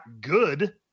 good